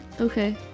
Okay